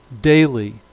daily